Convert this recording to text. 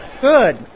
good